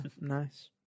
nice